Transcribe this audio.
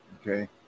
okay